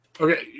Okay